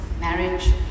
marriage